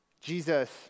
Jesus